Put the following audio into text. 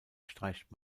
streicht